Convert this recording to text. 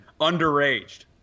Underaged